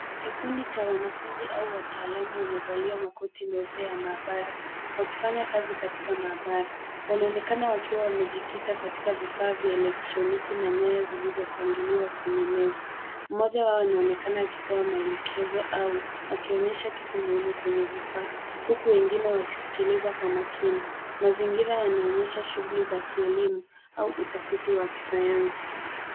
Kikundi cha wanafunzi au wataalamu wamevalia makoti meupe ya maabara wakifanya kazi katika maabara. Wanaonekana wakiwa wamejikita katika vifaa vya elektroniki na nyaya zilizopangiliwa kwenye meza. Mmoja wao anaonekana akitoa maelekezo au akionyesha kitu muhimu kwenye vifaa huku wengine wakisikiliza kwa makini. Mazingira yanaonyesha shughuli za kielimu au utafiti wa kisayansi.